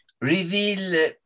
Reveal